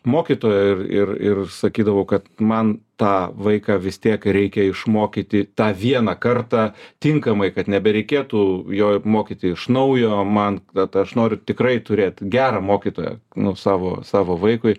mokytojo ir ir ir sakydavau kad man tą vaiką vis tiek reikia išmokyti tą vieną kartą tinkamai kad nebereikėtų jo mokyti iš naujo man bet aš noriu tikrai turėt gerą mokytoją nu savo savo vaikui